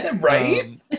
right